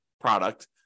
product